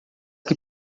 que